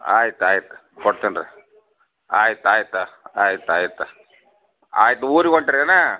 ಆಯ್ತು ಆಯ್ತು ಕೊಡ್ತಿನಿ ರೀ ಆಯ್ತು ಆಯ್ತು ಆಯ್ತು ಆಯ್ತು ಆಯ್ತು ಊರಿಗೆ ಹೊಂಟಿರೇನಾ